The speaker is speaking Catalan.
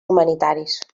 humanitaris